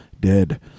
dead